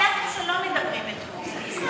החלטנו שלא מדברים אתמול.